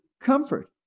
comfort